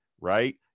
right